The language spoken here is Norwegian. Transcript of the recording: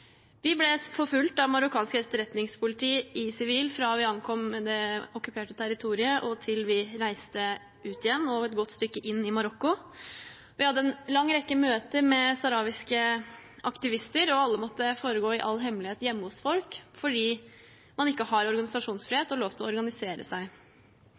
Vi ble forfulgt av marokkansk etterretningspoliti i sivil fra vi ankom det okkuperte territoriet til vi reiste ut igjen og et godt stykke inn i Marokko. Vi hadde en lang rekke møter med saharawiske aktivister, og alle måtte foregå i all hemmelighet hjemme hos folk fordi man ikke har organisasjonsfrihet og lov til å organisere seg.